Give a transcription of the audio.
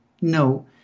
No